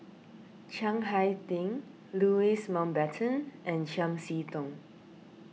Chiang Hai Ding Louis Mountbatten and Chiam See Tong